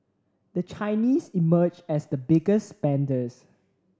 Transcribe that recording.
the Chinese emerged as the biggest spenders